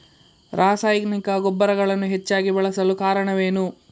ರಾಸಾಯನಿಕ ಗೊಬ್ಬರಗಳನ್ನು ಹೆಚ್ಚಾಗಿ ಬಳಸಲು ಕಾರಣವೇನು?